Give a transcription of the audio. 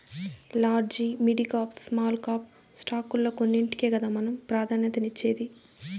large, midcap, small cap స్టాకుల్ల కొన్నింటికే కదా మనం ప్రాధాన్యతనిచ్చేది